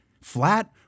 flat